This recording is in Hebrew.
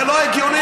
זה לא הגיוני.